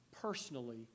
personally